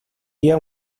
día